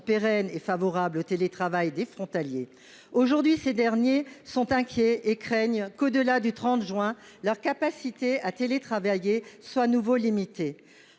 pérenne et favorable au télétravail des frontaliers. Aujourd'hui, ces derniers sont inquiets et craignent que, au-delà du 30 juin prochain, la possibilité de télétravailler soit de nouveau limitée.